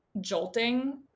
jolting